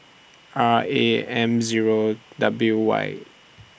R A M Zero W Y